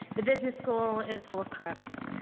the business school is full crooks.